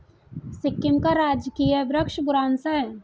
सिक्किम का राजकीय वृक्ष बुरांश है